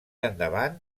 endavant